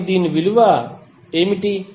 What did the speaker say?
కాబట్టి దీని విలువ ఏమిటి